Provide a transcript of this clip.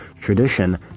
tradition